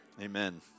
amen